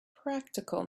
practical